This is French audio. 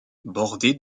bordée